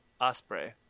Osprey